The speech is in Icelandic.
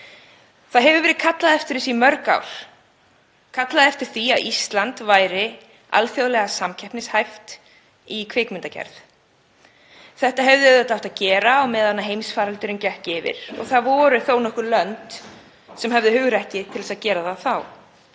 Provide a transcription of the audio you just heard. Kallað hefur verið eftir því í mörg ár að Ísland yrði alþjóðlega samkeppnishæft í kvikmyndagerð. Þetta hefði auðvitað átt að gera á meðan heimsfaraldurinn gekk yfir og það voru þó nokkur lönd sem höfðu hugrekki til að gera það þá,